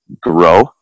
grow